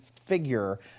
figure